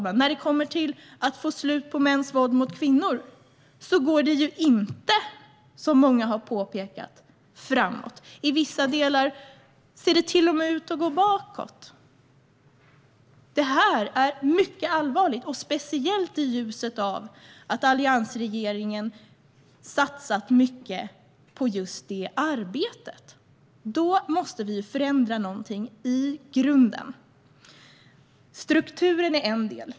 Men när det kommer till att få slut på mäns våld mot kvinnor går det inte framåt, som många har påpekat. I vissa delar ser det till och med ut att gå bakåt. Detta är mycket allvarligt, speciellt i ljuset av att alliansregeringen satsade mycket på just detta arbete. Då måste vi förändra något i grunden. Strukturen är en del.